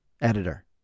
editor